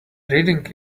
reading